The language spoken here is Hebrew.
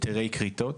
היתרי כריתות?